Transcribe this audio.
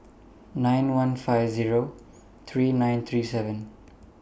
nine one five three nine three seven